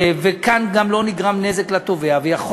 וכאן גם לא נגרם נזק לתובע,